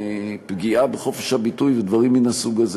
פגיעה בחופש הביטוי ודברים מן הסוג הזה.